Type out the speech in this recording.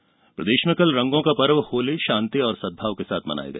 होली प्रदेश में कल रंगों का पर्व होली शांति और सद्भाव के साथ मनाया गया